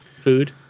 food